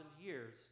years